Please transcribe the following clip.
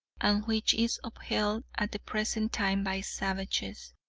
and which is upheld at the present time by savages.